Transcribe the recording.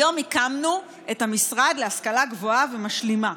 היום הקמנו את המשרד להשכלה גבוהה ומשלימה,